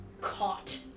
caught